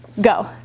go